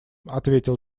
ответил